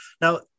Now